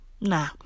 Nah